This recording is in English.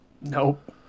Nope